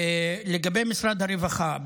לגבי משרד הרווחה,